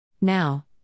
Now